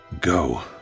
go